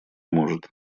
может